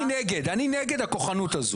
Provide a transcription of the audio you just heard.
אני נגד, אני נגד הכוחנות הזו.